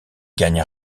gagne